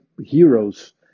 heroes